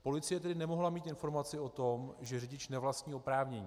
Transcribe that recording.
Policie tedy nemohla mít informaci o tom, že řidič nevlastní oprávnění.